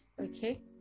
okay